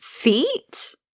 feet